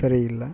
ಸರಿಯಿಲ್ಲ